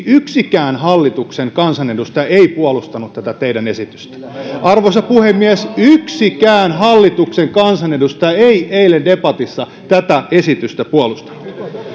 yksikään hallituksen kansanedustaja ei puolustanut tätä teidän esitystänne arvoisa puhemies yksikään hallituksen kansanedustaja ei eilen debatissa tätä esitystä puolustanut